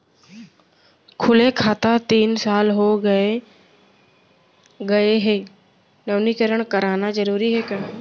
खाता खुले तीन साल हो गया गये हे नवीनीकरण कराना जरूरी हे का?